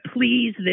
please